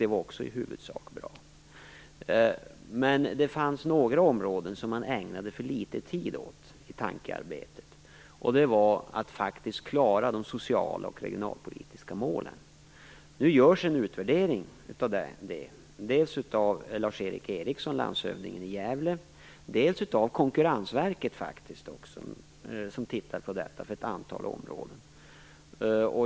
Det var också i huvudsak bra. Men det fanns några områden som man ägnade för litet tid åt i tankearbetet. Det var att klara de sociala och regionalpolitiska målen. Nu görs en utvärdering av detta dels av Lars Eric Ericsson, landshövdingen i Gävle, dels av Konkurrensverket som tittar på detta inom ett antal områden.